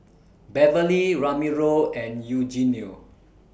Beverly Ramiro and Eugenio